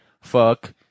fuck